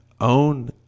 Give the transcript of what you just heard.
own